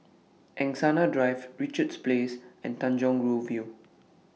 Angsana Drive Richards Place and Tanjong Rhu View